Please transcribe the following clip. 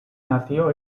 nació